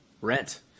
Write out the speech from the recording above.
rent